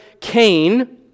Cain